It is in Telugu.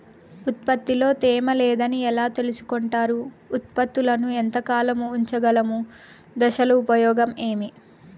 ఉత్పత్తి లో తేమ లేదని ఎలా తెలుసుకొంటారు ఉత్పత్తులను ఎంత కాలము ఉంచగలము దశలు ఉపయోగం ఏమి?